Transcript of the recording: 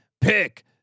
pick